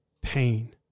pain